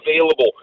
available